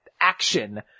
action